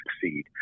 succeed